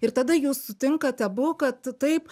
ir tada jūs sutinkat abu kad taip